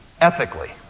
ethically